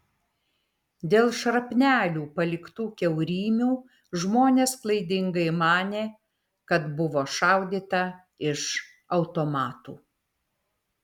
dėl šrapnelių paliktų kiaurymių žmonės klaidingai manė kad buvo šaudyta iš automatų